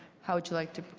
how would you like to